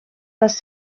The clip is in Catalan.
les